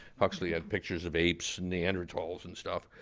huxley had pictures of apes and neanderthals and stuff.